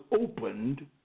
opened